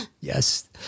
Yes